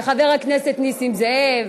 וחבר הכנסת נסים זאב,